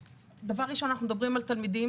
דבר ראשון אנחנו מדברים על תלמידים